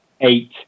eight